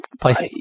place